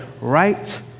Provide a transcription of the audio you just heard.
Right